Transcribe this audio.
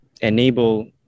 enable